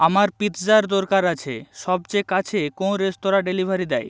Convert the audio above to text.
আমার পিৎজার দরকার আছে সবচেয়ে কাছে কোন রেস্তোরাঁ ডেলিভারি দেয়